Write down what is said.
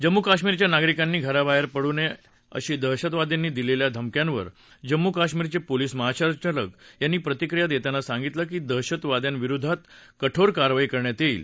जम्मू कश्मीरच्या नागरिकांनी घराबाहेर पडू नये अशी दहशतवाद्यांनी दिलेल्या धमक्यांवर जम्मू कश्मीरचे पोलीस महासंचालक यांनी प्रतिक्रिया देताना सांगितलं की दहशतवाद्यांविरुद्ध कठोर कारवाई करण्यात येईल